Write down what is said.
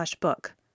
book